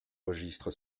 registre